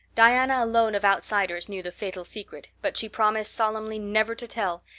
diana alone of outsiders knew the fatal secret, but she promised solemnly never to tell,